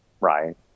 right